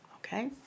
okay